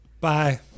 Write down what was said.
Bye